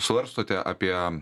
svarstote apie